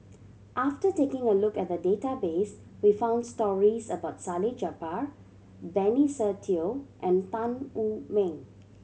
after taking a look at the database we found stories about Salleh Japar Benny Se Teo and Tan Wu Meng